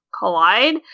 collide